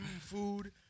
food